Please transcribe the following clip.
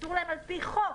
אסור להם על פי חוק,